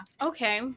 Okay